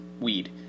weed